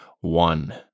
one